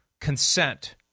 Consent